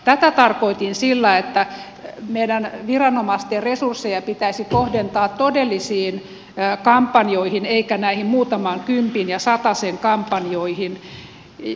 tätä tarkoitin sillä että meidän viranomaisten resursseja pitäisi kohdentaa todellisiin kampanjoihin eikä näihin muutaman kympin ja satasen kampanjoihin